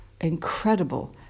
incredible